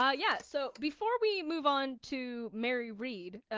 yeah yeah so before we move on to mary read, ah,